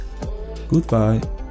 Goodbye